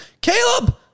Caleb